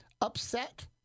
upset